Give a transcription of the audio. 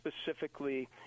specifically